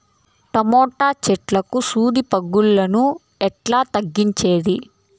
Tomato చెట్లకు సూది పులుగులను ఎట్లా తగ్గించేది?